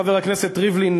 חבר הכנסת ריבלין,